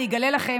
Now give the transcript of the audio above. אגלה לכם,